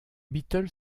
beatles